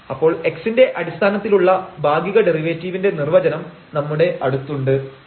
അപ്പോൾ x ന്റെ അടിസ്ഥാനത്തിലുള്ള ഭാഗിക ഡെറിവേറ്റീവിന്റെ നിർവചനം നമ്മുടെ അടുത്തുണ്ട്